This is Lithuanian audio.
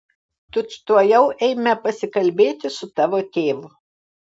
tučtuojau eime pasikalbėti su tavo tėvu